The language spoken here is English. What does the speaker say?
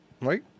right